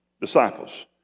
disciples